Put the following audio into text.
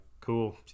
cool